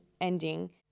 ending